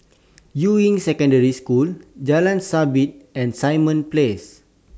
Yuying Secondary School Jalan Sabit and Simon Place